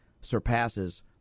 surpasses